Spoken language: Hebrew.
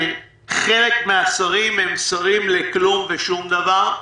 שחלק מהשרים הם שרים לכלום ושום דבר,